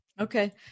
Okay